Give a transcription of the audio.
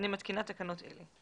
אני מתקינה תקנות אלה: